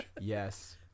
Yes